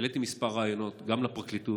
העליתי כמה רעיונות לפרקליטות,